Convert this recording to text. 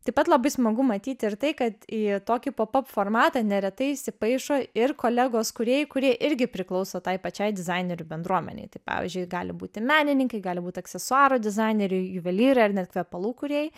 taip pat labai smagu matyti ir tai kad į tokį pop ap formatą neretai įsipaišo ir kolegos kūrėjai kurie irgi priklauso tai pačiai dizainerių bendruomenei tai pavyzdžiui gali būti menininkai gali būt aksesuarų dizaineriai juvelyrai ar net kvepalų kūrėjai